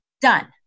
done